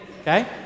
Okay